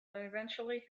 eventually